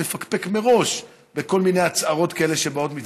לפקפק מראש בכל מיני הצהרות כאלה שבאות מצד הקואליציה,